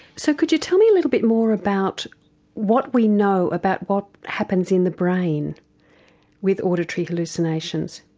so could you tell me a little bit more about what we know about what happens in the brain with auditory hallucinations?